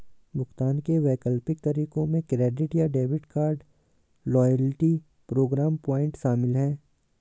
भुगतान के वैकल्पिक तरीकों में क्रेडिट या debit card, loyalty program point शामिल है